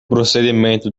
procedimento